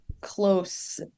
close